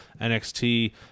nxt